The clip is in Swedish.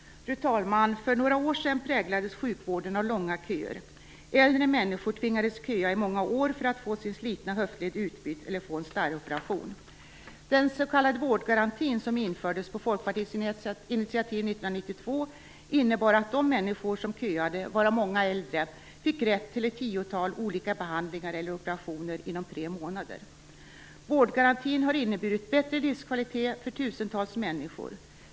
Fru talman! För några år sedan präglades sjukvården av långa köer. Äldre människor tvingades köa i många år för att få sin slitna höftled utbytt eller få en starroperation. Den s.k. vårdgarantin, som infördes på Folkpartiets initiativ 1992, innebar att de människor som köade, varav många var äldre, fick rätt till ett tiotal olika behandlingar eller operationer inom tre månader. Vårdgarantin har inneburit bättre livskvalitet för tusentals människor.